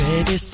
Baby